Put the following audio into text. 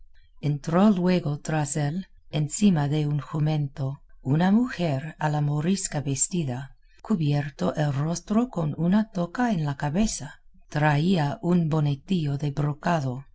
entró luego tras él encima de un jumento una mujer a la morisca vestida cubierto el rostro con una toca en la cabeza traía un bonetillo de brocado